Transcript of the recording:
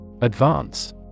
Advance